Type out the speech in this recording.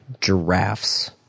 giraffes